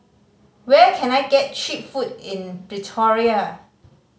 where can I get cheap food in Pretoria